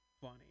funny